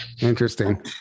Interesting